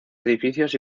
edificios